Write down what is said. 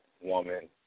woman